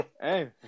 Hey